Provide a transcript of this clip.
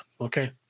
Okay